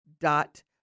dot